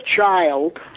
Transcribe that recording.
child